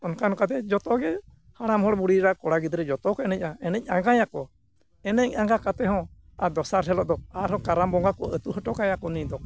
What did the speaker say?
ᱚᱱᱠᱟ ᱚᱱᱠᱟᱛᱮ ᱡᱚᱛᱚᱜᱮ ᱦᱟᱲᱟᱢ ᱦᱚᱲ ᱵᱩᱲᱦᱤ ᱮᱨᱟ ᱠᱚᱲᱟ ᱜᱤᱫᱽᱨᱟᱹ ᱡᱚᱛᱚ ᱠᱚ ᱮᱱᱮᱡᱼᱟ ᱮᱱᱮᱡ ᱟᱸᱜᱟᱭᱟᱠᱚ ᱮᱱᱮᱡ ᱟᱸᱜᱟ ᱠᱟᱛᱮᱦᱚᱸ ᱟᱨ ᱫᱚᱥᱟᱨ ᱦᱤᱞᱳᱜ ᱫᱚ ᱟᱨᱦᱚᱸ ᱠᱟᱨᱟᱢ ᱵᱚᱸᱜᱟ ᱠᱚ ᱟᱹᱛᱩ ᱦᱚᱴᱚ ᱠᱟᱭᱟᱠᱚ ᱩᱱᱤᱫᱚ